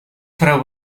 fareu